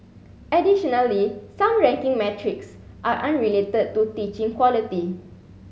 additionally some ranking metrics are unrelated to teaching quality